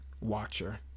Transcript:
watcher